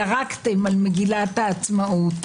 ירקתם על מגילת העצמאות.